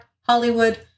Hollywood